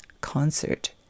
concert